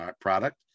product